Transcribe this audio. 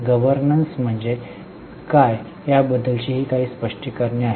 governance म्हणजे काय याबद्दलची ही काही स्पष्टीकरणे आहेत